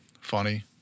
funny